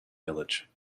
village